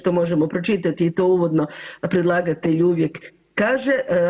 To možemo pročitati i to uvodno predlagatelj uvijek kaže.